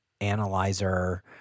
analyzer